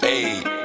Hey